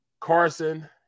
Carson